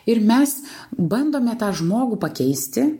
ir mes bandome tą žmogų pakeisti